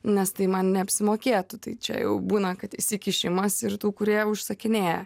nes tai man neapsimokėtų tai čia jau būna kad įsikišimas ir tų kurie užsakinėja